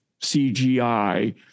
CGI